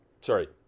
sorry